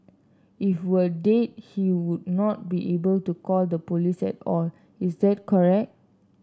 if were dead he would not be able to call the police at all is that correct